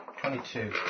Twenty-two